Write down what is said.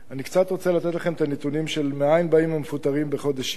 אני רוצה לתת לכם את הנתונים מאין באים המפוטרים בחודש יולי.